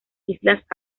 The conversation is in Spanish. islas